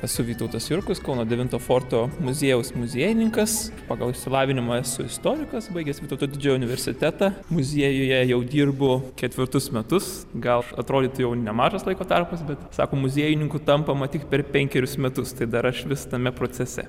esu vytautas jurkus kauno devinto forto muziejaus muziejininkas pagal išsilavinimą esu istorikas baigęs vytauto didžiojo universitetą muziejuje jau dirbu ketvirtus metus gal atrodytų jau nemažas laiko tarpas bet sako muziejininku tampama tik per penkerius metus tai dar aš vis tame procese